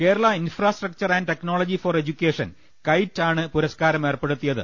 Kerala infrastructure and technology for education KITE ആണ് പുരസ്കാരം ഏർപ്പെടു ത്തിയത്